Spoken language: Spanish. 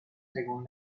según